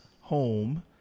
home